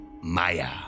Maya